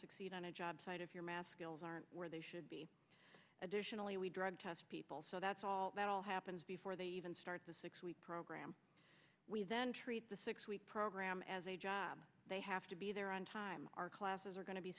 succeed on a job site if your math skills aren't where they should be additionally we drug test people so that's all that all happens before they even start the six week program we then treat the six week program as a job they have to be there on time our classes are going to be